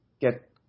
get